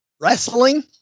Wrestling